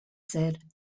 said